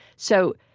so,